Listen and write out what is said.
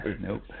Nope